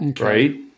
right